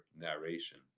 narration